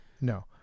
No